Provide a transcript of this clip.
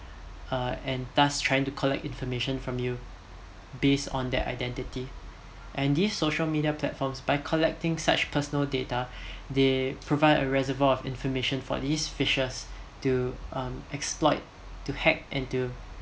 uh and thus trying to collect information from you based on that identity and this social media platforms by collecting such personal data they provide a reservoir of information for these phishers to um exploit to hack and to